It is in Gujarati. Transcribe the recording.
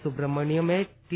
સુબ્રમપ્યમે ટી